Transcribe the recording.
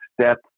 step